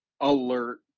alert